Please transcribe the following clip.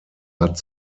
hat